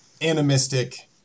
animistic